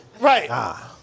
Right